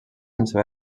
sense